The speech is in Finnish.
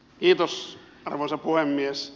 kiitos arvoisa puhemies